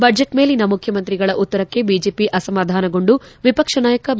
budget ಮೇಲಿನ ಮುಖ್ಯಮಂತ್ರಿಗಳ ಉತ್ತರಕ್ಷೆ ಬಿಜೆಪಿ ಅಸಮಾಧಾನಗೊಂಡು ವಿಪಕ್ಷ ನಾಯಕ ಬಿ